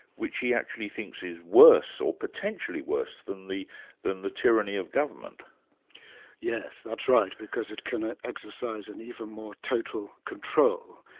which he actually thinks is worse, or potentially worse than the than the tyranny of government yes, that's right because it can exercise an even more total control,